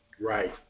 Right